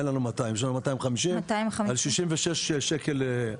אין לנו 200. 250 על 66 שקלים לזוג.